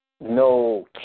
no